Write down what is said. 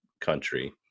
country